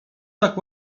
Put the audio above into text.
tak